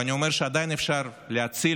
ואני אומר שעדיין אפשר "להציל"